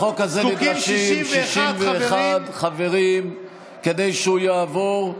לחוק הזה נדרשים 61 חברים כדי שהוא יעבור.